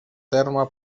terme